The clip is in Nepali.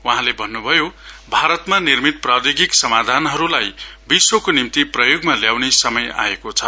वहाँले भन्नु भयो भारतमा निर्मित प्रौधोगिक समाधानहरुलाई विश्वको निम्ति प्रयोगमा ल्याउने समय आएको छ